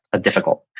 difficult